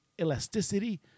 elasticity